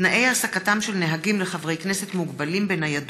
התשע"ח 2018, מאת חברי הכנסת יעקב מרגי,